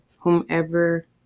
Whomever